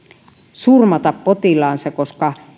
surmata potilaansa koska